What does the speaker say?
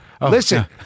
Listen